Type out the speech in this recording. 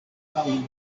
paŭlo